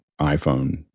iPhone